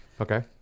Okay